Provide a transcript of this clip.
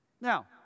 Now